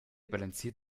balanciert